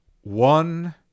one